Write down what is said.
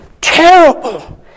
terrible